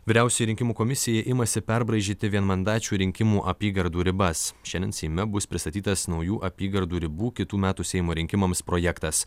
vyriausioji rinkimų komisija imasi perbraižyti vienmandačių rinkimų apygardų ribas šiandien seime bus pristatytas naujų apygardų ribų kitų metų seimo rinkimams projektas